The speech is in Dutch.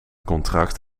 contract